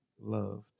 loved